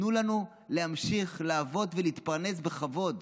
תנו לנו להמשיך לעבוד ולהתפרנס בכבוד.